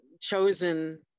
chosen